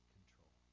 Control